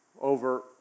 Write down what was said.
over